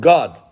God